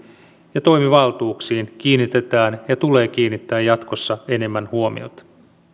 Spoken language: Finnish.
ja toimivaltuuksiin kiinnitetään ja tulee kiinnittää jatkossa enemmän huomiota